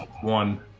one